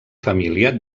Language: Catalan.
família